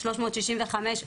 365,